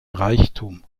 reichtum